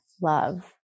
love